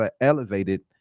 elevated